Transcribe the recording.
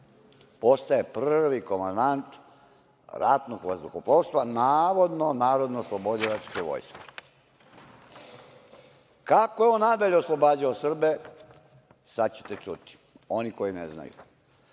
postaje prvi komandant ratnog vazduhoplovstva, navodno Narodno oslobodilačke vojske. Kako je on nadalje oslobađao Srbe? Sad ćete čuti, oni koji ne znate.